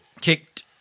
kicked